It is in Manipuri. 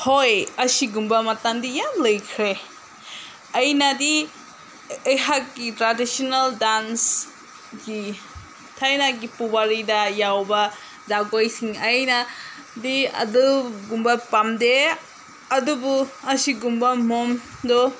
ꯍꯣꯏ ꯑꯁꯤꯒꯨꯝꯕ ꯃꯇꯥꯡꯗꯤ ꯌꯥꯝ ꯂꯩꯈ꯭ꯔꯦ ꯑꯩꯅꯗꯤ ꯑꯩꯍꯥꯛꯀꯤ ꯇ꯭ꯔꯥꯗꯤꯁꯅꯦꯜ ꯗꯥꯟꯁꯀꯤ ꯊꯥꯏꯅꯒꯤ ꯄꯨꯋꯥꯔꯤꯗ ꯌꯥꯎꯕ ꯖꯒꯣꯏꯁꯤꯡ ꯑꯩꯅꯗꯤ ꯑꯗꯨꯒꯨꯝꯕ ꯄꯥꯝꯗꯦ ꯑꯗꯨꯕꯨ ꯑꯁꯤꯒꯨꯝꯕ ꯃꯑꯣꯡꯗꯨ